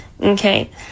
okay